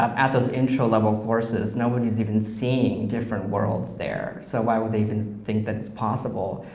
um at those intro level courses, nobody's even seeing different worlds there, so why would they even think that it's possible.